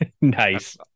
Nice